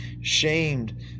shamed